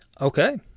Okay